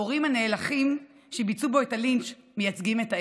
הפורעים הנאלחים שביצעו בו את הלינץ' מייצגים את ההפך,